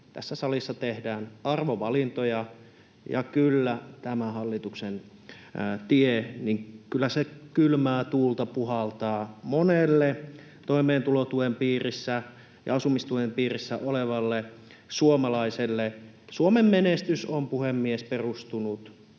tässä salissa tehdään arvovalintoja. Kyllä tämän hallituksen tie kylmää tuulta puhaltaa monelle toimeentulotuen piirissä ja asumistuen piirissä olevalle suomalaiselle. Suomen menestys on, puhemies, perustunut